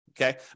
Okay